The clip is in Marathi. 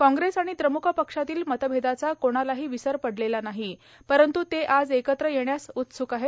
कॉग्रेस आणि द्रम्क पक्षातील मतभेदाचा कोणालाही विसर पडलेला नाही परंत् ते आज एकत्र येण्यास उत्सुक आहे